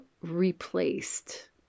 replaced